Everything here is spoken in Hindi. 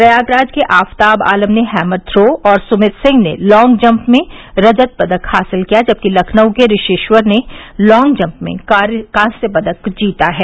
प्रयागराज के आफताब आलम ने हैमर थ्रो और सुमित सिंह ने लांग जम्प में रजत पदक हासिल किया जबकि लखनऊ के ऋषिश्वर ने लांग जम्प में कांस्य पदक जीता है